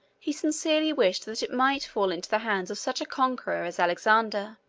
he sincerely wished that it might fall into the hands of such a conqueror as alexander.